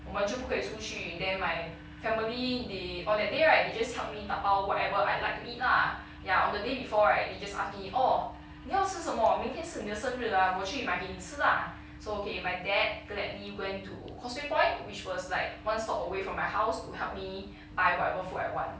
我们就不可以出去 then my family they on that day right they just help me 打包 whatever I'd like to eat lah ya on the day before right they just ask the orh 你要吃什么明天是你的生日 ah 我去买给你吃 lah so okay my dad gladly went to causeway point which was like one stop away from my house to help me buy whatever food I want